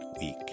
week